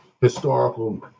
historical